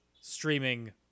streaming